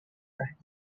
time